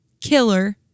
killer